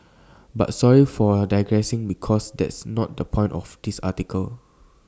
but sorry for digressing because that's not the point of this article